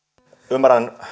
ymmärrän